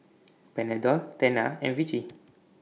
Panadol Tena and Vichy